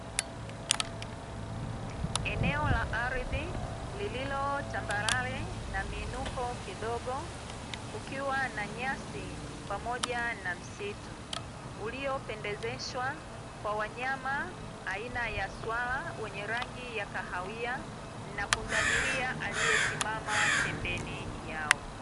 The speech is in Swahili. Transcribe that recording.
Eneo la ardhi lililotambarare na miinuko kidogo kukiwa na nyasi pamoja na msitu, uliopendezeshwa kwa wanyama aina ya swala wenye rangi ya kahawia, na pundamilia aliyesimama pembeni yao.